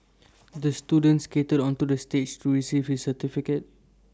the student skated onto the stage to receive his certificate